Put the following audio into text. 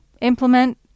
implement